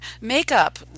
makeup